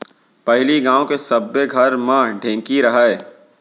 पहिली गांव के सब्बे घर म ढेंकी रहय